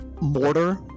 mortar